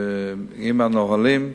לפי הנהלים,